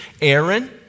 Aaron